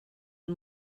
und